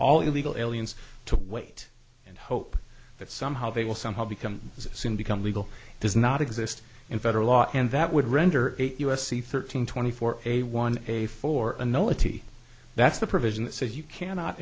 all illegal aliens to wait and hope that somehow they will somehow become soon become legal does not exist in federal law and that would render it u s c thirteen twenty four a one a for a no a t that's the provision that says you cannot